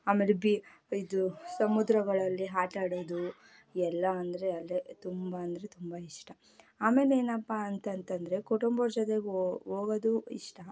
ಆಮೇಲೆ ಬಿ ಇದು ಸಮುದ್ರಗಳಲ್ಲಿ ಆಟಾಡೋದು ಎಲ್ಲ ಅಂದರೆ ಅದೆ ತುಂಬ ಅಂದರೆ ತುಂಬ ಇಷ್ಟ ಆಮೇಲೆ ಏನಪ್ಪ ಅಂತ ಅಂತಂದರೆ ಕುಟುಂಬದವ್ರ ಜೊತೆ ಹೋಗೋದು ಇಷ್ಟ